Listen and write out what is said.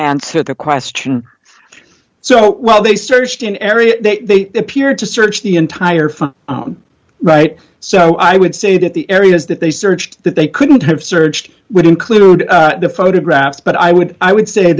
answer the question so well they searched in every way appeared to search the entire front right so i would say that the areas that they searched that they couldn't have searched would include the photographs but i would i would say